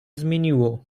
zmieniło